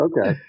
Okay